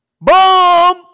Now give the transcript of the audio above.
Boom